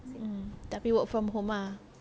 mm tapi work from home ah